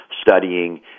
studying